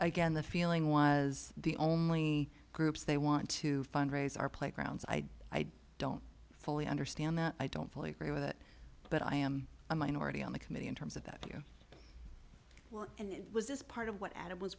again the feeling was the only groups they want to fundraise are playgrounds i don't fully understand that i don't fully agree with it but i am a minority on the committee in terms of that you want and it was just part of what adam was